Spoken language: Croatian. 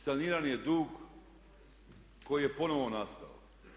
Saniran je dug koji je ponovno nastao.